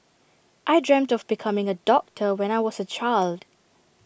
I dreamt of becoming A doctor when I was A child